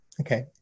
Okay